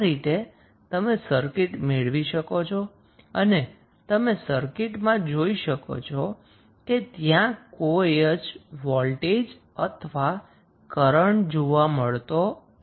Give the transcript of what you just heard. આ રીતે તમે સર્કિટ મેળવી શકો છો અને તમે સર્કિટમં જોઈ શકો છો કે ત્યાં કોઈ જ વોલ્ટેજ અથવા કરન્ટ જોવા મળતો નથી